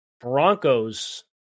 Broncos